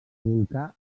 volcà